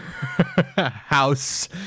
House